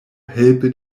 helpe